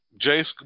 Jace